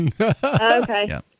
Okay